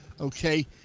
okay